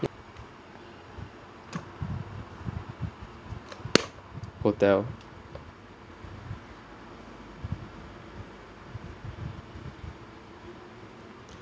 hotel